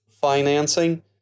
financing